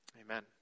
amen